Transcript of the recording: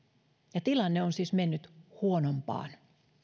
ja tilanne on siis mennyt huonompaan